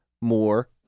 more